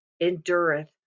endureth